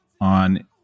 on